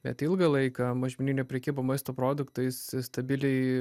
bet ilgą laiką mažmeninė prekyba maisto produktais stabiliai